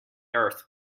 earth